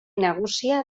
nagusia